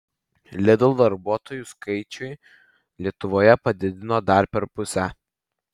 lidl darbuotojų skaičių lietuvoje padidino dar per pusę